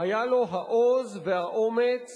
היו לו העוז והאומץ